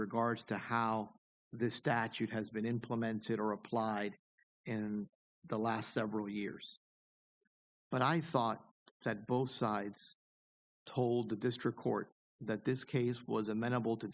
regards to how this statute has been implemented or applied in the last several years when i thought that both sides told the district court that this case was amenable to